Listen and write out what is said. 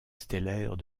stellaire